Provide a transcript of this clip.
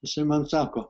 jisai man sako